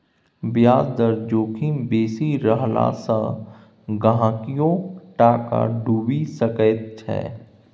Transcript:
ब्याज दर जोखिम बेसी रहला सँ गहिंकीयोक टाका डुबि सकैत छै